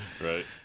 Right